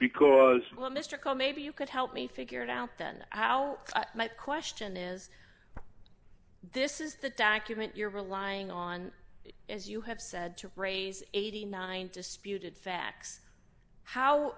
because well mr cole maybe you could help me figure it out then how my question is this is the document you're relying on as you have said to raise eighty nine disputed that how